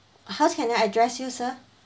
how can I address you sir